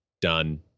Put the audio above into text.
done